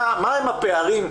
מה הפערים,